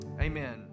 amen